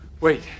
Wait